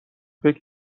فکر